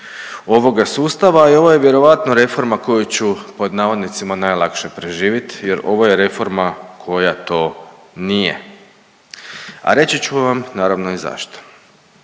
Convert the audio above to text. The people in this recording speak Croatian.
ovoga sustava i ovo je vjerojatno reforma koju ću pod navodnicima najlakše preživiti, jer ovo je reforma koja to nije a reći ću vam naravno i zašto.